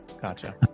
Gotcha